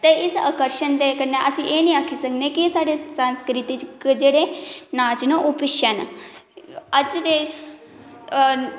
ते इस आकर्शन दे कन्नै अस एह् नेईं आक्खी सकने कि साढ़े संस्कृति च जेह्ड़े नाच न ओह् पिच्छे न अज्ज दे